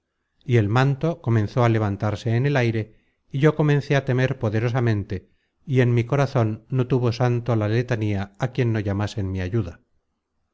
y el manto comenzó á levantarse en el aire y yo comencé á temer poderosamente y en mi corazon no tuvo santo la letanía á quien no llamase en mi ayuda